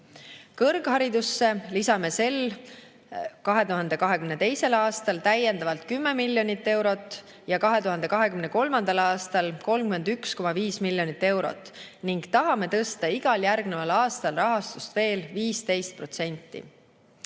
Kõrgharidusse lisame sel, 2022. aastal täiendavalt 10 miljonit eurot ja 2023. aastal 31,5 miljonit eurot ning tahame tõsta igal järgneval aastal rahastust veel 15%.